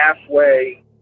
halfway